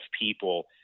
people